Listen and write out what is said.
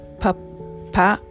papa